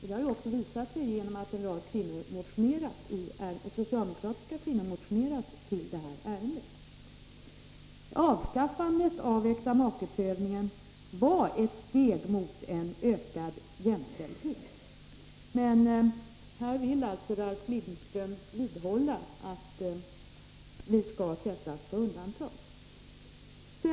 De har också visat sig genom att en rad socialdemokratiska kvinnor motionerat i detta ärende. Avskaffandet av äktamakeprövningen var ett steg mot en ökad jämställdhet. Men i detta avseende vill Ralf Lindström vidhålla att kvinnorna skall sättas på undantag.